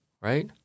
right